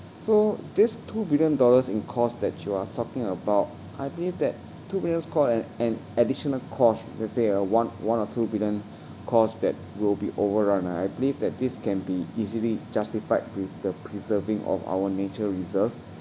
so this two billion dollars in cost that you are talking about I believe that two billions cost at an additional cost let's say ah one one or two billion cost that will be overrun I believe that this can be easily justified with the preserving of our nature reserve